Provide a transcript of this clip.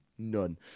None